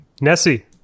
Nessie